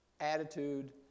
attitude